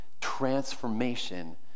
transformation